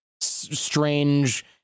strange